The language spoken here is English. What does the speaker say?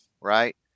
right